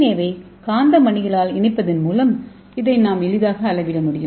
ஏவை காந்த மணிகளால் இணைப்பதின் மூலம் இதை நாம் எளிதாக அளவிட முடியும்